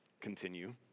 continue